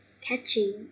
catchy